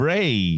Ray